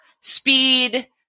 speed